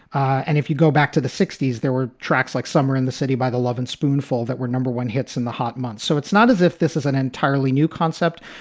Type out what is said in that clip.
and if you go back to the sixty s, there were tracks like summer in the city by the loving spoonful that were number one hits in the hot months. so it's not as if this is an entirely new concept,